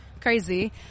Crazy